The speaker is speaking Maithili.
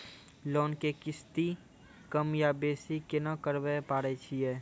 लोन के किस्ती कम या बेसी केना करबै पारे छियै?